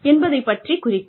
என்பதைப் பற்றிக் குறிக்கும்